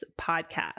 Podcast